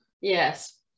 yes